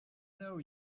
know